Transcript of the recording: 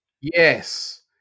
Yes